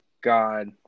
god